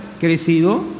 crecido